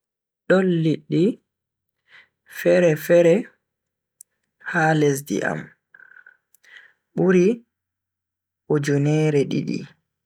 Don liddi fere-fere ha lesdi am buri ujuneere didi.